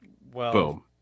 Boom